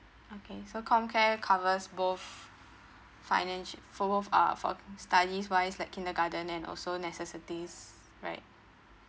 okay so comcare covers both financial for both uh for studies wise like kindergarten and also necessities right